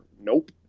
Nope